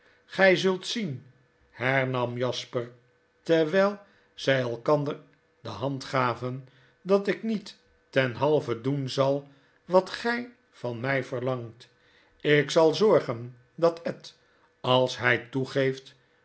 zult zien hernam jasper terwijl zij elkander de hand gaven dat ik niet ten halve doen zal wat gij van mij verlangt ikzalzorgen dat ed als hij toegeeft